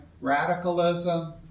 radicalism